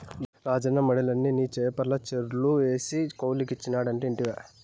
రాజన్న మడిలన్ని నీ చేపల చెర్లు చేసి కౌలుకిచ్చినాడట ఇంటివా